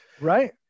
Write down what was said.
right